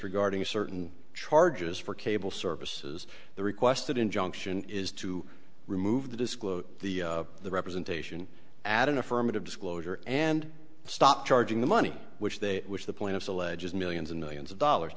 regarding certain charges for cable services the requested injunction is to remove the disclosure the the representation add an affirmative disclosure and stop charging the money which they which the point of the ledges millions and millions of dollars